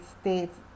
states